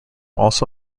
also